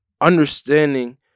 understanding